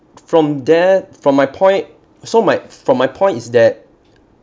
from there from my point so my from my point is that